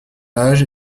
âge